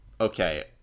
Okay